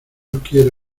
quiero